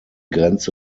grenze